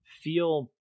feel